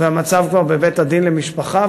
והמצב בבית-הדין למשפחה,